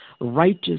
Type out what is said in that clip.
righteous